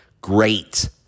great